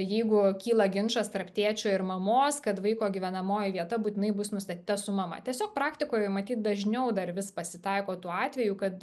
jeigu kyla ginčas tarp tėčio ir mamos kad vaiko gyvenamoji vieta būtinai bus nustatyta su mama tiesiog praktikoj matyt dažniau dar vis pasitaiko tų atvejų kad